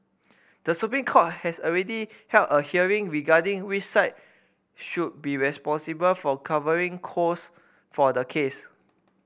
the Supreme Court has already held a hearing regarding which side should be responsible for covering cost for the case